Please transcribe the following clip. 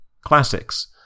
Classics